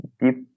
deep